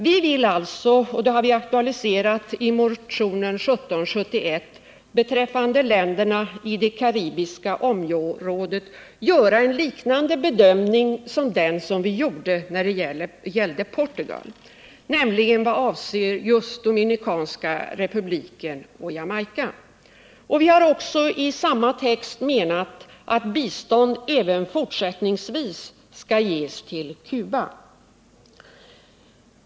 Vi vill alltså — och det har vi aktualiserat i motionen 1771 — beträffande ett par av länderna i det karibiska området göra en liknande bedömning som den vi gjorde när det gällde Portugal, nämligen Dominikanska republiken och Jamaica. Vi har också i samma text menat att bistånd även fortsättningsvis skall ges till Cuba.